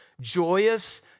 joyous